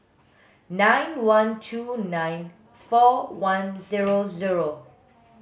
nine one two nine four one zero zero